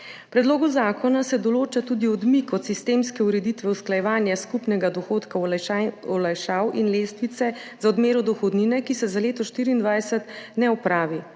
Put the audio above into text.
predlogu zakona se določa tudi odmik od sistemske ureditve usklajevanja skupnega dohodka, olajšav in lestvice za odmero dohodnine, ki se za leto 2024 ne opravi.